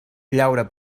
llaura